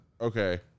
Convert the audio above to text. Okay